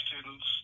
students